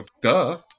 duh